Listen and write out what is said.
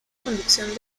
conducción